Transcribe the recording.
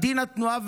התנועה,